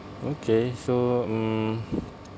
okay so mm